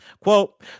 Quote